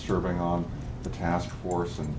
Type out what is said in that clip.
serving on the task force and